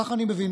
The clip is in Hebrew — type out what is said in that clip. כך אני מבין.